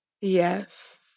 Yes